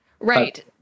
right